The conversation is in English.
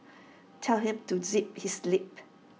tell him to zip his lip